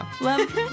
Love